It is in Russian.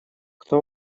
кто